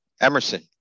Emerson